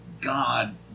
God